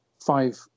Five